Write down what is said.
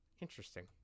interesting